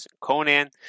Conan